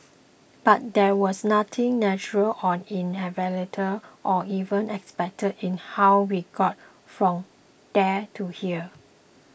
but there was nothing natural or inevitable or even expected in how we got from there to here